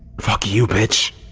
fuck you, bitch,